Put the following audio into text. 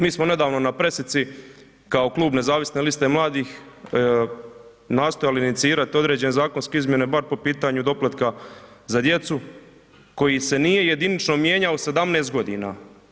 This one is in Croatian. Mi smo nedavno na presici kao Klub Nezavisne liste mladih nastojali inicirati određene zakonske izmjene bar po pitanju doplatka za djecu koji se nije jedinično mijenjao 17 godina.